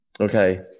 Okay